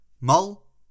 Mull